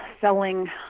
selling